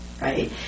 right